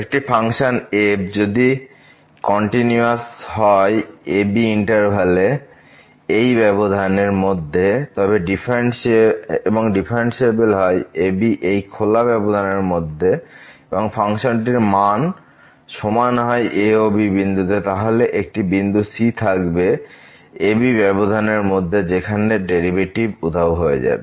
একটি function f যদি continuous হয় ab এই ব্যবধান এর মধ্যে এবং ডিফারেন্সিএবেল হয় ab এই খোলা ব্যবধান এর মধ্যে এবং ফাংশনটির মান সমান হয় a ও b বিন্দুতে তাহলে একটি বিন্দু c থাকবে ab ব্যবধান এর মধ্যে যেখানে ডেরিভেটিভটি উধাও হয়ে যাবে